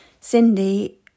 Cindy